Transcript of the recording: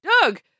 Doug